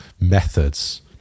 methods